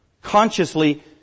consciously